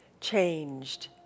changed